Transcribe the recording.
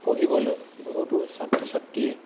পঢ়িবলৈ বহুতো ছাত্ৰ ছাত্ৰীয়ে